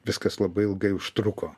viskas labai ilgai užtruko